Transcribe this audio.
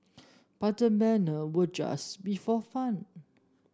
but the manner would just be for fun